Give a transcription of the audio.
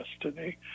destiny